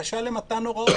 לבקשה למתן הוראות.